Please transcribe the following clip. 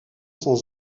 sans